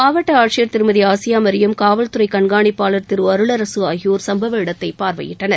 மாவட்ட ஆட்சியர் திருமதி ஆசியா மரியம் காவல்துறை கண்ணிப்பாளர் திரு அருளரசு ஆகியோர் சம்பவ இடத்தை பார்வையிட்டனர்